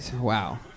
Wow